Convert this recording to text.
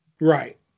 right